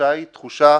והתחושה היא תחושה